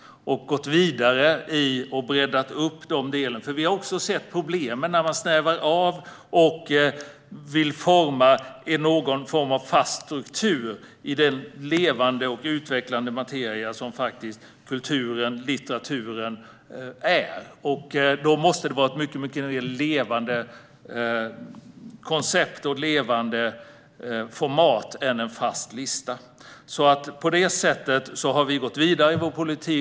Vi har gått vidare i - och även breddat - dessa delar, för vi har sett problemen när man snävar av och vill forma någon form av fast struktur i den levande och utvecklande materia som kulturen och litteraturen är. Då måste man ha ett mycket mer levande koncept och format än en fast lista. På detta sätt har vi alltså gått vidare i vår politik.